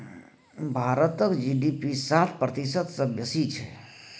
भारतक जी.डी.पी सात प्रतिशत सँ बेसी छै